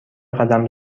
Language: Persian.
قدم